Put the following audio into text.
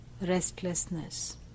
restlessness